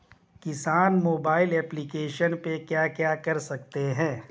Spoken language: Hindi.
किसान मोबाइल एप्लिकेशन पे क्या क्या कर सकते हैं?